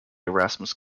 erasmus